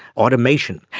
automation,